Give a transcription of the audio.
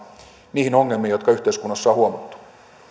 niihin ongelmiin jotka yhteiskunnassa on huomattu arvoisa